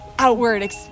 outward